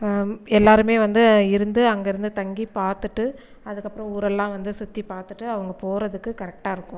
எல்லாேருமே வந்து இருந்து அங்கிருந்து தங்கி பார்த்துட்டு அதுக்கப்புறம் ஊரெல்லாம் வந்து சுற்றி பார்த்துட்டு அவங்க போகிறதுக்கு கரெக்கட்டாயிருக்கும்